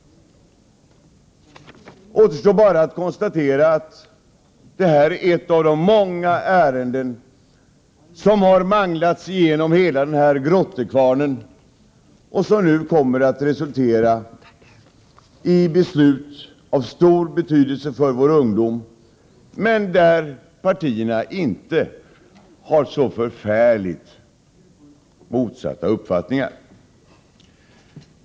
1988/89:120 bara att konstatera att det här är ett av de många ärenden som har manglats 24 maj 1989 igenom hela denna grottekvarn och som nu kommer att resultera i beslut av 7 Meg Anslag till utbildning stor betydelse för vår ungdom, men som partierna inte har så förfärligt ig sr FA g förtekniska yrken motstridiga uppfattningar om.m.m.